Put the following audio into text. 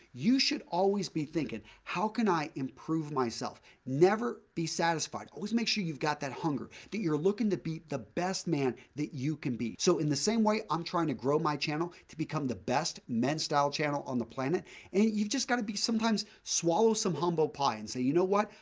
you should always be thinking how can i improve myself. never be satisfied, always make sure you've got that hunger that you're looking to be the best man that you can be. so, in the same way i'm trying to grow my channel to become the best men style channel on the planet and you just got to be sometimes swallow some humble pie and say, you know what?